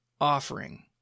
offering